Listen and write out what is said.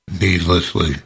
needlessly